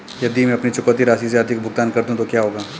यदि मैं अपनी चुकौती राशि से अधिक भुगतान कर दूं तो क्या होगा?